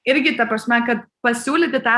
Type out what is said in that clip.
irgi ta prasme kad pasiūlyti tą